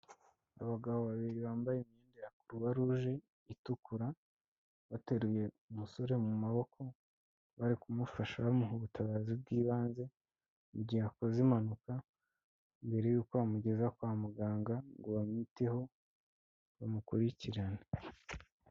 Abagabo babiri bambaye imyenda ya Croix rouge itukura, bateruye umusore mu maboko, bari kumufasha bamuha ubutabazi bw'ibanze mu gihe akoze impanuka mbere yuko bamugeza kwa muganga ngo bamwiteho bamukurikirane.